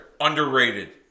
Underrated